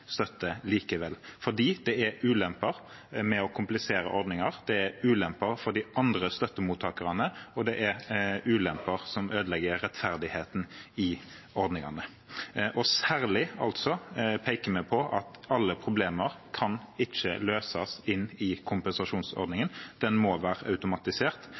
støtte likevel, fordi det er ulemper med å komplisere ordninger. Det er ulemper for de andre støttemottakerne, og det er ulemper som ødelegger rettferdigheten i ordningene. Særlig peker vi på at alle problemer ikke kan løses med kompensasjonsordningen. Den må være automatisert